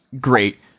great